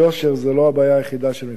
זו לא הבעיה היחידה של מפעל "פניציה".